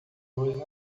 hoje